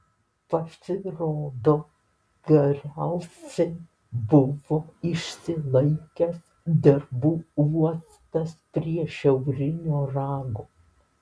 pasirodo geriausiai buvo išsilaikęs darbų uostas prie šiaurinio rago